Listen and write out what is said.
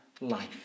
life